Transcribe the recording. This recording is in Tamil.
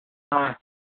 ஆ